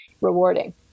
rewarding